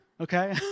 Okay